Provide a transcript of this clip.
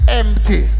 empty